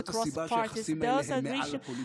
זאת הסיבה שהיחסים האלה הם מעל הפוליטיקה,